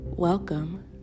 Welcome